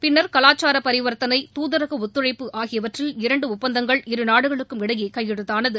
பின்னர் கலாச்சார பரிவர்த்தனை துதரக ஒத்துழைப்பு ஆகியவற்றில் இரண்டு ஒப்பந்தங்கள் இரு நாடுகளுக்குமிடையே கையெழுத்தானது